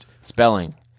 spelling